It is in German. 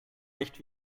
nicht